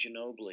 Ginobili